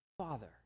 Father